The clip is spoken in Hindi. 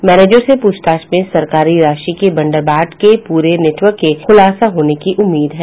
मैनेजर से प्रछताछ में सरकारी राशि की बंदरबाट के पूरे नेटवर्क की खुलासा होने की उम्मीद है